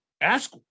ask